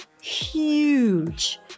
huge